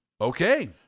Okay